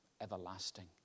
everlasting